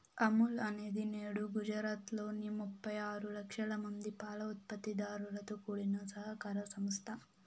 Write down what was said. అమూల్ అనేది నేడు గుజరాత్ లోని ముప్పై ఆరు లక్షల మంది పాల ఉత్పత్తి దారులతో కూడిన సహకార సంస్థ